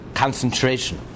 concentration